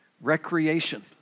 Recreation